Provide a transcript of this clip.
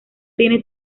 tiene